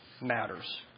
matters